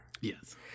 Yes